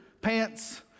pants